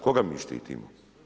Koga mi štitimo?